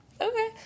Okay